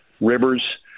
Rivers